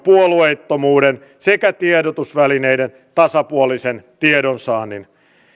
puolueettomuuden sekä tiedotusvälineiden tasapuolisen tiedonsaannin